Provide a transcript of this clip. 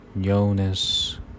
Jonas